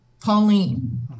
Pauline